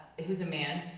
who's a man,